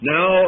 Now